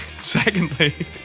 Secondly